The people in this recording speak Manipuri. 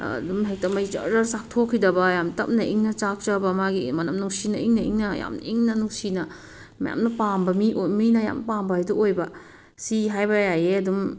ꯑꯗꯨꯝ ꯍꯦꯛꯇ ꯃꯩ ꯖꯔ ꯖꯔ ꯆꯥꯛꯊꯣꯛꯈꯤꯗꯕ ꯌꯥꯝ ꯇꯝꯅ ꯏꯪꯅ ꯆꯥꯛꯆꯕ ꯃꯥꯒꯤ ꯃꯅꯝ ꯅꯨꯡꯁꯤꯅ ꯏꯪꯅ ꯏꯪꯅ ꯌꯥꯝ ꯏꯪꯅ ꯅꯨꯡꯁꯤꯅ ꯃꯌꯥꯝꯅ ꯄꯥꯝꯕ ꯃꯤꯅ ꯌꯥꯝ ꯄꯥꯝꯕ ꯍꯥꯏꯗꯣ ꯑꯣꯏꯕ ꯁꯤ ꯍꯥꯏꯕ ꯌꯥꯏꯌꯦ ꯑꯗꯨꯝ